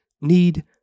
need